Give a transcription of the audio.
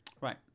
right